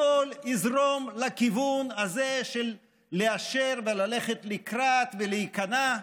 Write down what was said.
הכול יזרום לכיוון הזה של לאשר וללכת לקראת ולהיכנע.